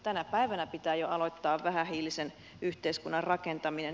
tänä päivänä pitää jo aloittaa vähähiilisen yhteiskunnan rakentaminen